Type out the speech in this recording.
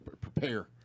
prepare